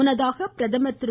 முன்னதாக பிரதமர் திரு